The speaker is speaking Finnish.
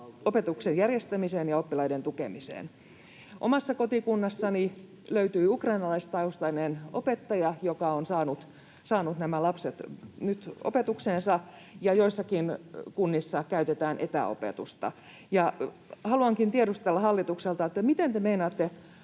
opetuksen järjestämiseen ja oppilaiden tukemiseen. Omasta kotikunnastani löytyy ukrainalaistaustainen opettaja, joka on saanut nämä lapset nyt opetukseensa, ja joissakin kunnissa käytetään etäopetusta. Haluankin tiedustella hallitukselta: miten te meinaatte